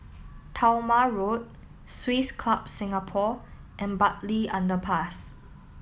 Talma Road Swiss Club Singapore and Bartley Underpass